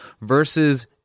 versus